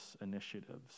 initiatives